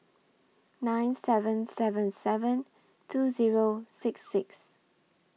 nine seven seven seven two Zero six six